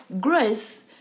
grace